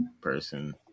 person